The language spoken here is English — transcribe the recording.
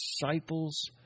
disciples